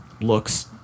looks